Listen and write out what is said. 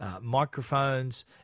microphones